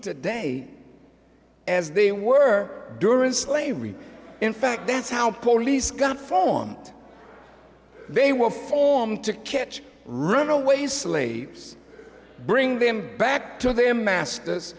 today as they were during slavery in fact that's how police got form they were formed to catch root always slaves bring them back to their masters